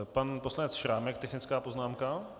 Pan poslanec Šrámek, technická poznámka.